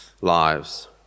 lives